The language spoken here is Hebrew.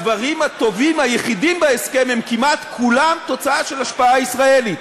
הדברים הטובים היחידים בהסכם הם כמעט כולם תוצאה של השפעה ישראלית: